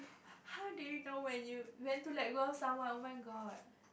how did you know when you when to like want someone oh-my-god